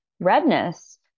redness